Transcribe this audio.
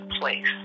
place